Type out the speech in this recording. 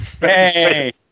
hey